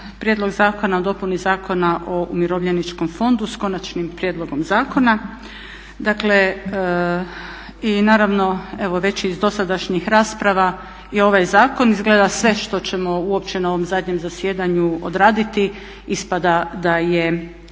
Prijedlog zakona o dopuni Zakona o umirovljeničkom fondu, s Konačnim prijedlogom zakona i naravno i već iz dosadašnjih rasprava je ovaj zakon izgleda sve što ćemo uopće na ovom zadnjem zasjedanju odraditi ispada da je